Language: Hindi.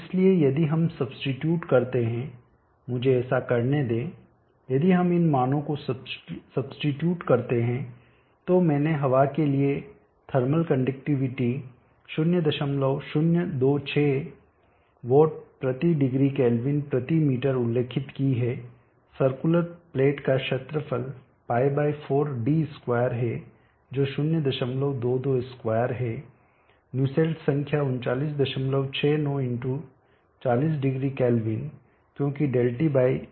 इसलिए यदि हम सब्सीट्यूट करते हैं मुझे ऐसा करने दें यदि हम इन मानों को सब्सीट्यूट करते हैं तो मैंने हवा के लिए थर्मल कंडक्टिविटी 0026 W°Km उल्लेखित की है सर्कुलर प्लेट का क्षेत्रफल π4d2 है जो 0222 है न्यूसेल्ट संख्या 3969 40°K क्योंकि ∆T X जो 022 है